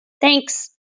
Thanks